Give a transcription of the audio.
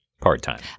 part-time